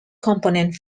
component